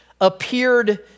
appeared